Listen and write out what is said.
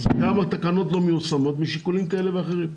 אז גם התקנות לא מיושמות משיקולים כאלה ואחרים.